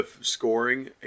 scoring